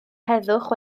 heddwch